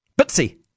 bitsy